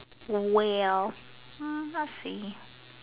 well mm I'll see